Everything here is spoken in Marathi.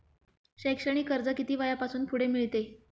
शैक्षणिक कर्ज किती वयापासून पुढे मिळते?